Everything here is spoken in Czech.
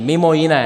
Mimo jiné.